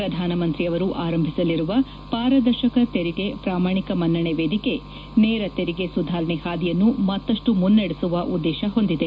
ಪ್ರಧಾನಮಂತ್ರಿಯವರು ಆರಂಭಿಸಲಿರುವ ಪಾರದರ್ಶಕ ತೆರಿಗೆ ಪ್ರಾಮಾಣಿಕ ಮನ್ನಣೆ ವೇದಿಕೆ ನೇರ ತೆರಿಗೆ ಸುಧಾರಣೆ ಹಾದಿಯನ್ನು ಮತ್ತಷ್ಟು ಮುನ್ನಡೆಸುವ ಉದ್ದೇಶ ಹೊಂದಿದೆ